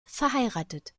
verheiratet